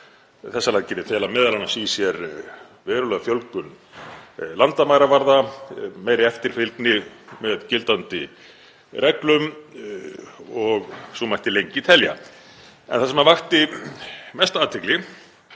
Þessar aðgerðir fela m.a. í sér verulega fjölgun landamæravarða, meiri eftirfylgni með gildandi reglum og svo mætti lengi telja. En það sem vakti mesta athygli